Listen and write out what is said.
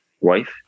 wife